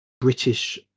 British